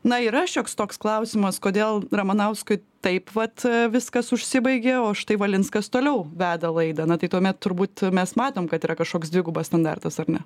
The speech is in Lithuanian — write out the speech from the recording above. na yra šioks toks klausimas kodėl ramanauskui taip vat viskas užsibaigė o štai valinskas toliau veda laidą na tai tuomet turbūt mes matom kad yra kažkoks dvigubas standartas ar ne